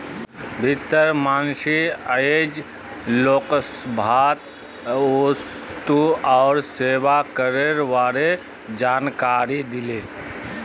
वित्त मंत्री आइज लोकसभात वस्तु और सेवा करेर बारे जानकारी दिले